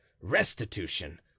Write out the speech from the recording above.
Restitution